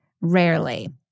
Rarely